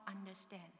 understand